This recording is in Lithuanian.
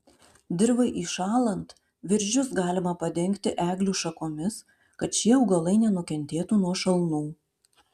dirvai įšąlant viržius galima padengti eglių šakomis kad šie augalai nenukentėtų nuo šalnų